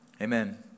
Amen